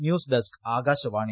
news desk Akashvani